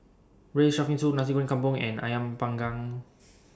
Braised Shark Fin Soup Nasi Goreng Kampung and Ayam Panggang